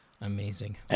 Amazing